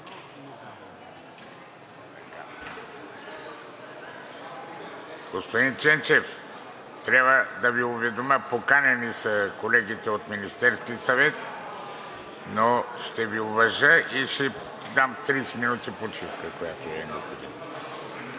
Господин Ченчев, трябва да Ви уведомя – поканени са колегите от Министерския съвет, но ще Ви уважа и ще дам 30 минути почивка, която Ви е необходима.